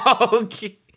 Okay